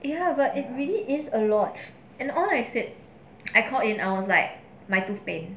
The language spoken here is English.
ya but it really is a lot and all I said I call in I was like my tooth pain